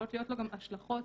יכול להיות שיש לו גם השלכות